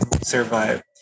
survive